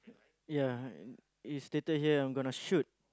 ya is stated here I'm gonna shoot